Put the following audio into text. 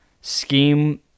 scheme